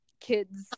kids